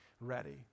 ready